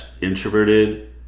introverted